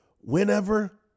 whenever